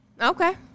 Okay